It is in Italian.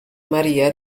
maria